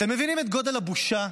אתם מבינים את גודל הבושה?